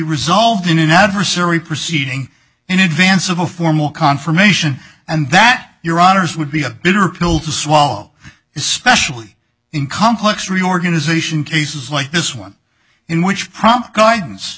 resolved in an adversary proceeding in advance of a formal confirmation and that your honors would be a bitter pill to swallow is especially in complex reorganization cases like this one in which prompt guidance